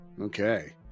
Okay